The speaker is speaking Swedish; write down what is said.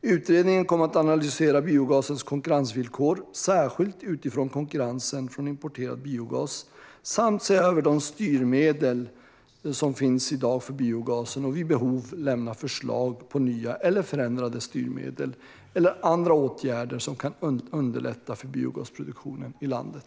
Utredningen kommer att analysera biogasens konkurrensvillkor, särskilt utifrån konkurrensen från importerad biogas, och se över de styrmedel som finns i dag för biogasen och vid behov lämna förslag på nya eller förändrade styrmedel eller andra åtgärder som kan underlätta för biogasproduktionen i landet.